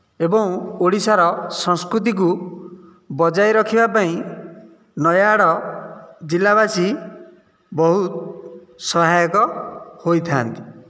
ଏବଂ ଓଡ଼ିଶାର ସାଂସ୍କୃତିକୁ ବଜାୟ ରଖିବା ପାଇଁ ନାୟାଗଡ଼ ଜିଲ୍ଲା ବାସି ବହୁତ ସହାୟକ ହୋଇଥାନ୍ତି